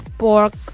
pork